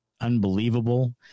unbelievable